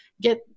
get